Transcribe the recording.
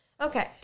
Okay